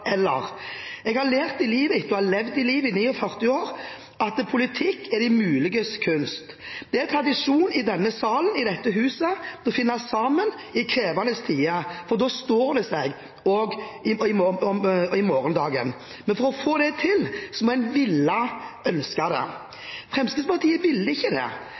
kunst. Det er tradisjon i denne salen, i dette huset, for å finne sammen i krevende tider, for da står det seg også gjennom morgendagen. Men for å få til det må en ville det, ønske det. Fremskrittspartiet ville ikke det,